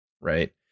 right